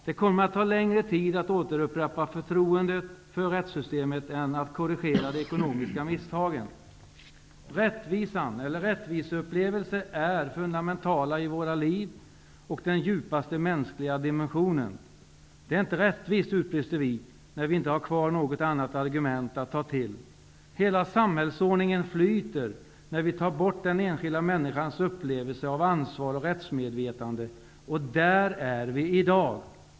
Det kommer att ta längre tid att återupprätta förtroendet för rättssystemet än att korrigera de ekonomiska misstagen. Rättviseupplevelser är fundamentala i våra liv och den djupaste mänskliga dimensionen. Det är inte rättvist, utbrister vi när vi inte har kvar något annat argument att ta till. Hela samhällsordningen flyter när vi tar bort den enskilda människans upplevelse av ansvar och rättsmedvetande. Där är vi i dag.